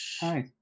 Hi